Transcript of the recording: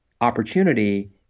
opportunity